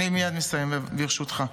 אני מייד מסיים, ברשותך.